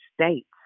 states